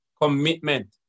Commitment